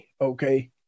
okay